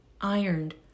ironed